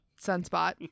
Sunspot